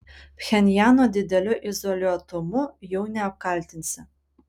pchenjano dideliu izoliuotumu jau neapkaltinsi